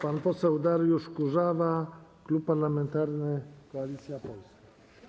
Pan poseł Dariusz Kurzawa, Klub Parlamentarny Koalicja Polska.